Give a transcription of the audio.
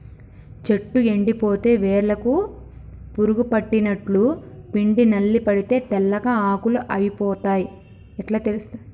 చెట్టు ఎండిపోతే వేర్లకు పురుగు పట్టినట్టు, పిండి నల్లి పడితే తెల్లగా ఆకులు అయితయ్ ఇట్లా తెలుస్తది మనకు